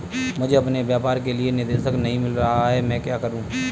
मुझे अपने व्यापार के लिए निदेशक नहीं मिल रहा है मैं क्या करूं?